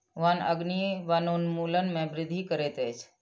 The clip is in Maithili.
वन अग्नि वनोन्मूलन में वृद्धि करैत अछि